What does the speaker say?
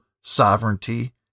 sovereignty